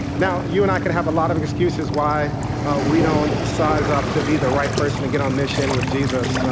now you and i can have a lot of excuses why we don't size up to be the right person to get on mission with jesus,